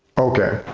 okay,